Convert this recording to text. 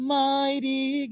mighty